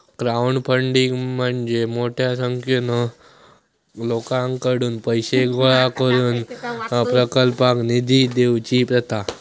crowdfunding म्हणजे मोठ्या संख्येन लोकांकडुन पैशे गोळा करून प्रकल्पाक निधी देवची प्रथा